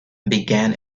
began